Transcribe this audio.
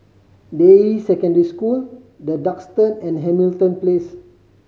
Deyi Secondary School The Duxton and Hamilton Place